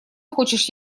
хочешь